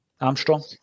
Armstrong